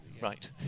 Right